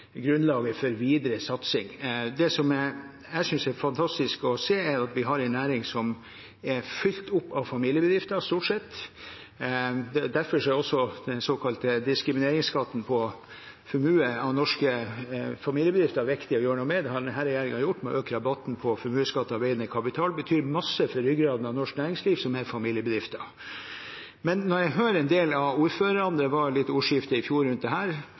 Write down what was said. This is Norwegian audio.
grunnlaget for videre satsing. Det jeg synes er fantastisk å se, er at vi har en næring som stort sett er fylt opp av familiebedrifter. Derfor er også den såkalte diskrimineringsskatten på formue av norske familiebedrifter viktig å gjøre noe med. Det har denne regjeringen gjort ved å øke rabatten på formuesskatt på arbeidende kapital. Det betyr masse for ryggraden av norsk næringsliv, som er familiebedrifter. Det var litt ordskifte rundt dette i fjor, og man hører at en del av ordførerne